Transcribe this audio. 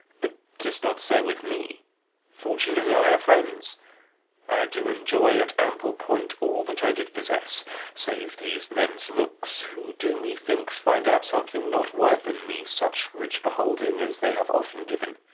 but tis not so with me fortune and i are friends i do enjoy at ample point all that i did possess save these men's looks who do, methinks, find out something not worth in me such rich beholding as they have often given.